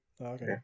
okay